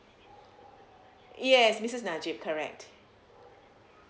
yes missus najib correct